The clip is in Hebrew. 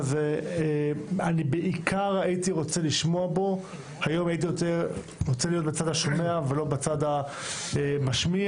היום הייתי רוצה להיות בצד השומע ולא בצד המשמיע,